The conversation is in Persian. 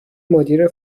مدیر